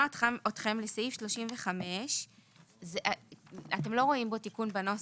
אתכם לסעיף 35. אתם לא רואים תיקון בנוסח,